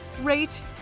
rate